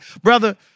brother